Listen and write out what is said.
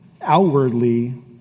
outwardly